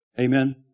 Amen